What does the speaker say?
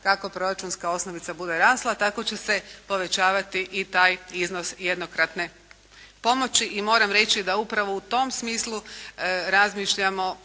kako proračunska osnovica bude rasla, tako će se povećavati i taj iznos jednokratne pomoći. I moram reći da upravo u tom smislu razmišljamo